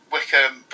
Wickham